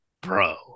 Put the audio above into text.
Bro